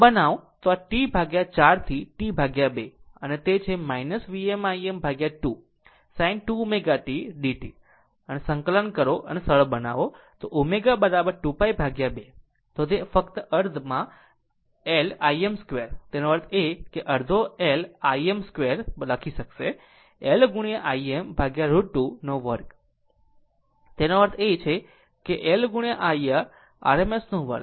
આમ જો આમ કરો તો આમ T 4 થી T 2 અને તે છે Vm Im2 sin 2 ω t dt જો આ સંકલન અને સરળ બનાવો ω 2π 2 તો તે હશે ફક્ત અર્ધL Im 2 તેનો અર્થ છે કે અડધો L Im 2 લખી શકશે L Im√ 2 2 તેનો અર્થ એ કે L IRms 2